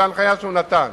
זו הנחיה שהוא נתן.